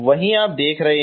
वही आप देख रहे हैं